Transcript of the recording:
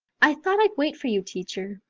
i thought i'd wait for you, teacher,